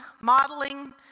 modeling